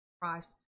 Christ